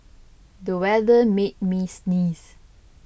the weather made me sneeze